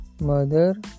mother